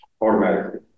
automatically